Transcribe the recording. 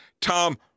Tom